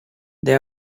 they